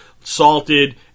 salted